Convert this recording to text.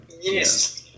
yes